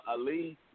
Ali